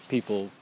people